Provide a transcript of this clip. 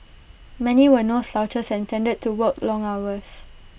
many were no slouches and tended to work long hours